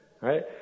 right